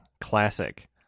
classic